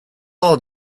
all